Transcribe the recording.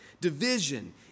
division